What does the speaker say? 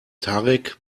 tarek